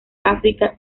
áfrica